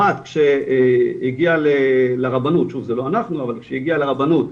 הבת שהגיעה לרבנות - שוב זה לא אנחנו - אבל שהגיעה לרבנות,